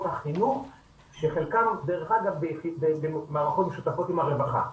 החינוך שחלקם דרך אגב במערכות משותפות עם הרווחה.